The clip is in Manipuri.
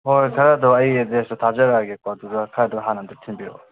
ꯍꯣꯏ ꯈꯔꯗꯣ ꯑꯩ ꯑꯦꯗ꯭ꯔꯦꯁꯇꯣ ꯊꯥꯖꯔꯛꯑꯒꯦꯀꯣ ꯑꯗꯨꯗ ꯈꯔꯗꯣ ꯍꯥꯟꯅ ꯑꯃꯨꯛꯇ ꯊꯤꯟꯕꯤꯔꯛꯑꯣ